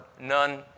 none